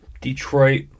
Detroit